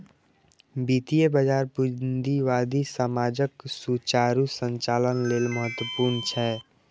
वित्तीय बाजार पूंजीवादी समाजक सुचारू संचालन लेल महत्वपूर्ण छै